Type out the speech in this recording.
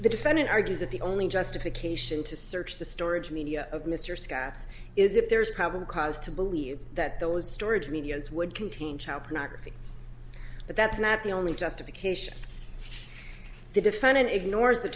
the defendant argues that the only justification to search the storage media of mr scott's is if there is probable cause to believe that those storage media is would contain child pornography but that's not the only justification the defendant ignores the